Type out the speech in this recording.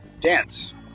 dance